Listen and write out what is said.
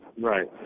Right